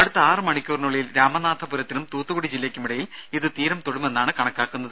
അടുത്ത ആറു മണിക്കൂറിനുള്ളിൽ രാമനാഥപുരത്തിനും തൂത്തുക്കുടി ജില്ലയ്ക്കുമിടയിൽ ഇത് തീരം തൊടുമെന്നാണ് കണക്കാക്കുന്നത്